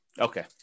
Okay